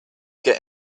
get